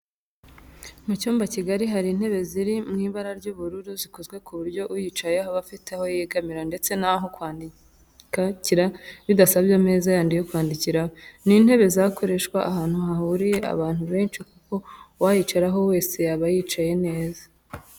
Mu cyumba kigari hari intebe ziri mu ibara ry'ubururu zikozwe ku buryo uyicayeho aba afite aho yegamira ndetse n'aho kwandikira bidasabye ameza yandi yo kwandikiraho. Ni intebe zakoreshwa ahantu hahuriye abantu benshi kuko uwayicaraho wese yaba yicaye neza